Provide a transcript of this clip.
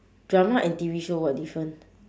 drama and T_V show what different